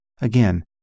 Again